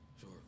Sure